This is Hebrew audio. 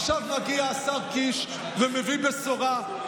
עכשיו מגיע השר קיש ומביא בשורה,